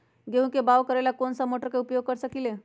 गेंहू के बाओ करेला हम कौन सा मोटर उपयोग कर सकींले?